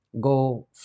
go